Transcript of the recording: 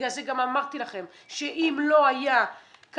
ובגלל זה גם אמרתי לכם שאם לא היה ככה